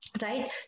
right